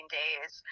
days